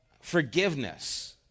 forgiveness